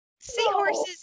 Seahorses